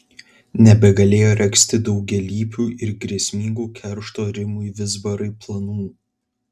nebegalėjo regzti daugialypių ir grėsmingų keršto rimui vizbarai planų